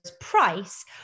price